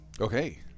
Okay